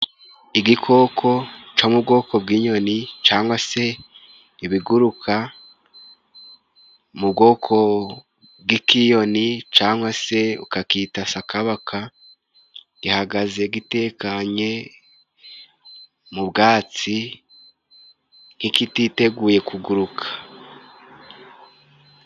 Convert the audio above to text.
Igikoko co mu bwoko bw'inyoni cangwa se ibiguruka mu bwoko bw'ikiyoni cangwa se ukakita sakabaka, ihagaze gitekanye mu bwatsi nkititeguye kuguruka.